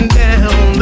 down